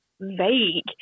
vague